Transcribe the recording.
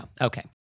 Okay